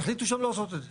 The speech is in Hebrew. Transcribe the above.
החליטו שהן לא עושות את זה.